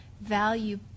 value